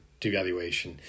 devaluation